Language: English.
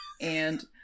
And-